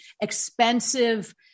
expensive